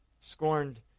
scorned